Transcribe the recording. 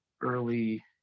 early